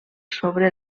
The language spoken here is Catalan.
sobre